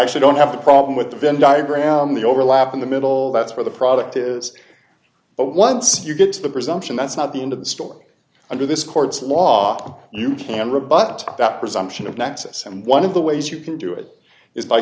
actually don't have a problem with the venn diagram the overlap in the middle that's where the product is but once you get to the presumption that's not the end of the story under this court's law you can rebut that presumption of nexus and one of the ways you can do it is by